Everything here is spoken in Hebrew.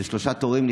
זה ארבעה תורים,